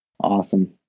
Awesome